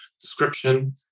description